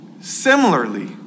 Similarly